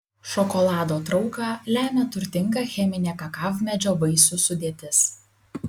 šokolado trauką lemia turtinga cheminė kakavmedžio vaisių sudėtis